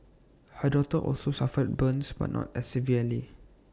her daughter also suffered burns but not as severely